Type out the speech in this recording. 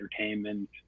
entertainment